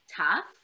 tough